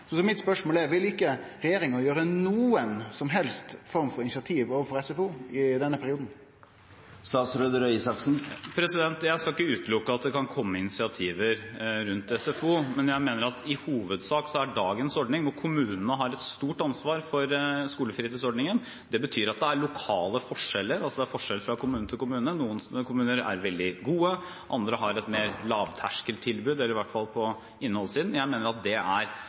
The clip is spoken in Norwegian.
Mitt spørsmål er: Vil ikkje regjeringa ta noka som helst form for initiativ overfor SFO i denne perioden? Jeg skal ikke utelukke at det kan komme initiativer rundt SFO, men jeg mener at i hovedsak er det dagens ordning, hvor kommunene har et stort ansvar for skolefritidsordningen. Det betyr at det er lokale forskjeller – det er forskjell fra kommune til kommune. Noen kommuner er veldig gode, andre har mer et lavterskeltilbud, i hvert fall på innholdssiden. Jeg mener at det er utgangspunktet for SFO. Så er det riktig at det er en uenighet. Og det er